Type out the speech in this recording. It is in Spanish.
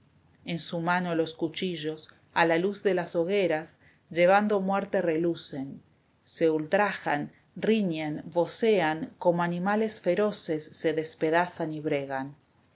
en su mano los cuchillos a la luz de las hogueras llevando muerte relucen se ultrajan riñen vocean como animales feroces la cautiva se despedazan y bregan